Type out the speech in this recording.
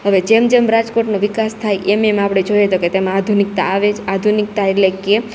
હવે જેમ જેમ રાજકોટનો વિકાસ થાય એમ એમ આપડે જોઈએ તો કે એમાં આધુનિકતા આવે જ આધુનિકતા એટલે કે